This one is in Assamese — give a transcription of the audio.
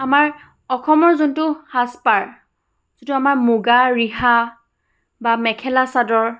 আমাৰ অসমৰ যোনটো সাজ পাৰ যিটো আমাৰ মুগা ৰিহা বা মেখেলা চাদৰ